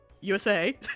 USA